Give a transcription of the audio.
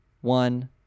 one